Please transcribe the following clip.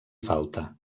falta